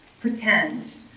pretend